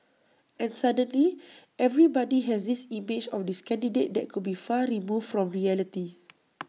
and suddenly everybody has this image of this candidate that could be far removed from reality